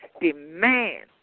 Demand